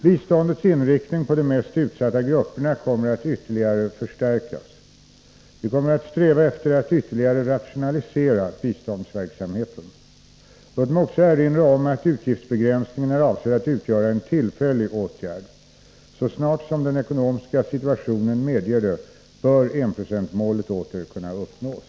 Biståndets inriktning på de mest utsatta grupperna kommer att ytterligare förstärkas. Vi kommer att sträva efter att ytterligare rationalisera biståndsverksamheten. Låt mig också erinra om att utgiftsbegränsningen är avsedd att utgöra en tillfällig åtgärd. Så snart som den ekonomiska situationen medger det bör enprocentsmålet åter kunna uppnås.